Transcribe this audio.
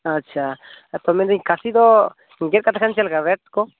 ᱟᱪᱪᱷᱟ ᱛᱚ ᱢᱮᱱᱫᱟᱹᱧ ᱠᱟᱹᱥᱤ ᱫᱚ ᱜᱮᱫ ᱠᱟᱛᱮ ᱠᱷᱟᱱ ᱪᱮᱫ ᱞᱮᱠᱟ ᱨᱮᱴ ᱠᱚ